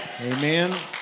Amen